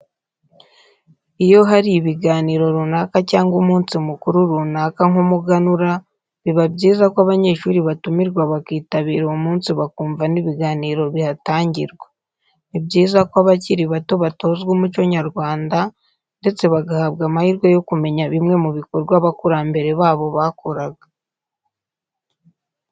Iyo hari ibiganiro runaka cyangwa umunsi mukuru runaka nk'umuganura biba byiza ko abanyeshuri batumirwa bakitabira uwo munsi bakumva n'ibiganiro bihatangirwa. Ni byiza ko abakiri bato batozwa umuco nyarwanda ndetse bagahabwa amahirwe yo kumenya bimwe mu bikorwa abakurambere babo bakoraga.